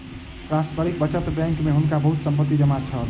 पारस्परिक बचत बैंक में हुनका बहुत संपत्ति जमा छल